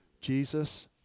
Jesus